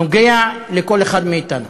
נוגע לכל אחד מאתנו.